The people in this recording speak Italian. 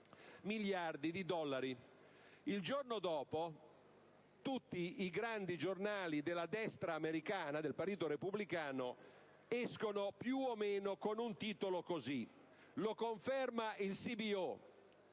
Il giorno dopo tutti i grandi giornali della destra americana, del partito repubblicano, escono più o meno con un titolo così: lo conferma il CBO,